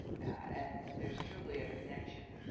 and and there's truly a connection.